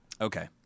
Okay